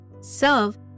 serve